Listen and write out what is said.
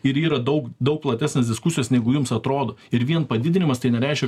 ir yra daug daug platesnės diskusijos negu jums atrodo ir vien padidinimas tai nereiškia